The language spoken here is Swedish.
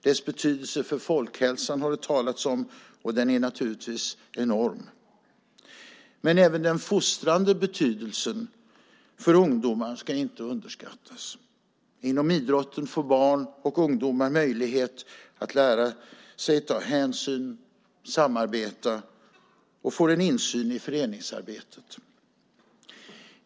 Dess betydelse för folkhälsan har det talats om, och den är naturligtvis enorm. Men inte heller den fostrande betydelsen för ungdomar ska underskattas. Inom idrotten får barn och ungdomar möjlighet att lära sig att ta hänsyn och samarbeta, och de får en insyn i föreningsarbetet.